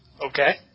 Okay